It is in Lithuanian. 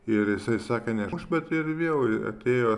ir jisai sakė nemuš bet ir vėl atėjoe